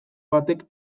batek